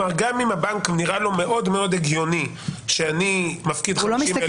כלומר גם אם לבנק נראה מאוד הגיוני שאני מפקיד 50,000 שקל,